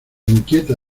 inquieta